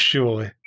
Surely